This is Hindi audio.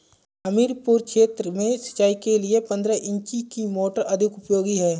हमीरपुर क्षेत्र में सिंचाई के लिए पंद्रह इंची की मोटर अधिक उपयोगी है?